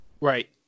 Right